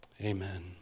Amen